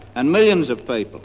and millions of people,